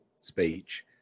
speech